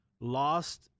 lost